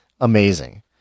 amazing